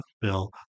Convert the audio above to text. bill